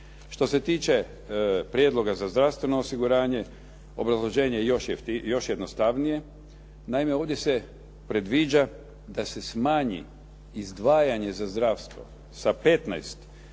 Što se tiče prijedloga za zdravstveno osiguranje. Obrazloženje je još jednostavnije. Naime, ovdje se predviđa da se smanji izdvajanje za zdravstvo sa 15 na